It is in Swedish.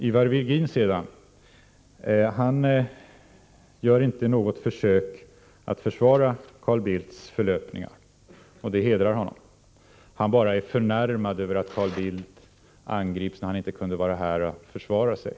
Ivar Virgin gör inte något försök att försvara Carl Bildts förlöpningar, och det hedrar honom. Han är bara förnärmad över att Carl Bildt angrips när han inte kan vara här och försvara sig.